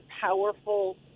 powerful